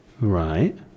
right